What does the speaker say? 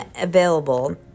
available